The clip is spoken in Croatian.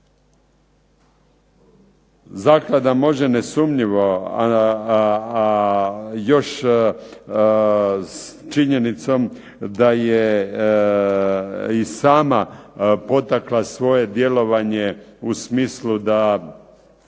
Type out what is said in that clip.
Zaklada može nesumnjivo još s činjenicom da je i sama potakla svoje djelovanje u smislu da